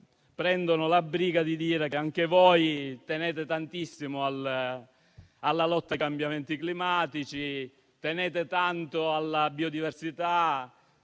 prendono la briga di dire che anche voi tenete tantissimo alla lotta ai cambiamenti climatici, che avete a cuore la biodiversità,